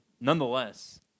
Nonetheless